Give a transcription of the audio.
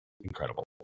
incredible